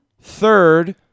Third